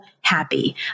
happy